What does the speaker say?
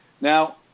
Now